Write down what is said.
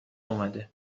اومده